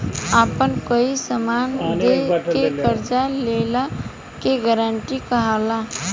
आपन कोई समान दे के कर्जा लेला के गारंटी कहला